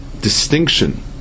distinction